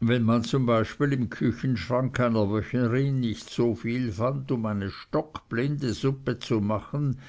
wenn man zum beispiel im küchenschrank einer wöchnerin nicht so viel fand um eine stockblinde suppe zu machen